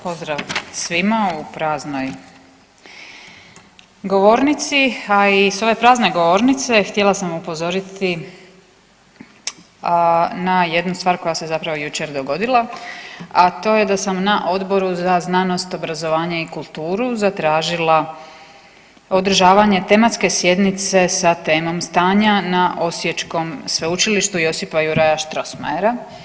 pozdrav svima u praznoj govornici, a i sa ove prazne govornice htjela sam upozoriti na jednu stvar koja se zapravo jučer dogodila, a to je da sam na Odboru za znanost, obrazovanje i kulturu zatražila održavanje tematske sjednice sa temom stanja na osječkom Sveučilištu Josipa Juraja Strossmayera.